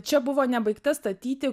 čia buvo nebaigta statyti